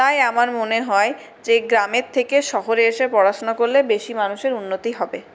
তাই আমার মনে হয় যে গ্রামের থেকে শহরে এসে পড়াশোনা করলে বেশী মানুষের উন্নতি হবে